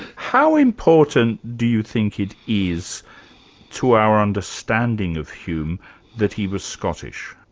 how important do you think it is to our understanding of hume that he was scottish?